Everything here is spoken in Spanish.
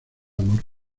amor